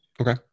Okay